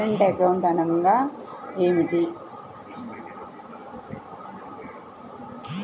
Current account అనగా ఏమిటి?